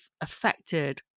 affected